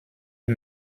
est